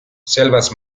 selvas